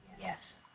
Yes